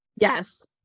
Yes